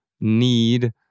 need